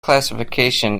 classification